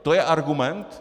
To je argument?